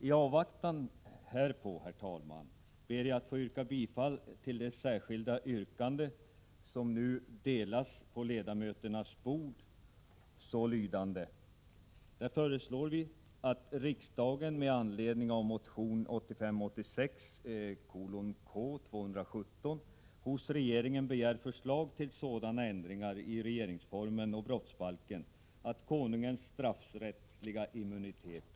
I avvaktan därpå ber jag att få yrka bifall till det särskilda yrkande som nu finns delat på ledarmöternas bord, nämligen: